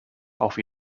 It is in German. auf